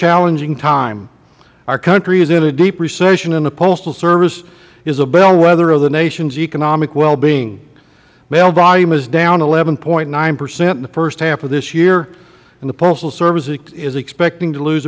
challenging time our country is in a deep recession and the postal service is a bellwether of the nation's economic well being mail volume is down eleven point nine percent in the first half of this year and the postal service is expecting to lose